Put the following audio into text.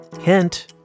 Hint